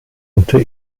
unter